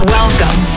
Welcome